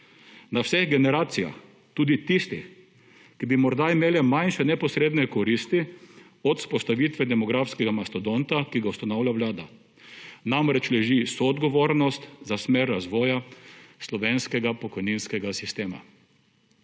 Na vseh generacijah, tudi tistih, ki bi morda imele manjše neposredne koristi od vzpostavitve demografskega mastadonta, ki ga ustanavlja Vlada. Namreč leži soodgovornost za smer razvoja slovenskega pokojninskega sistema.